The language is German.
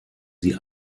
sie